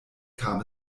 kam